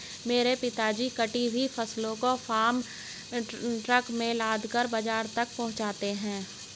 मेरे पिताजी कटी हुई फसलों को फार्म ट्रक में लादकर बाजार तक पहुंचाते हैं